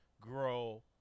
grow